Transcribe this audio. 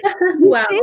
Wow